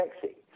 sexy